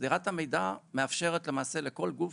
'שדרת המידע', מאפשרת למעשה לכל גוף,